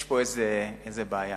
יש פה איזה בעיה.